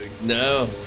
No